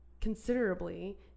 considerably